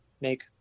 make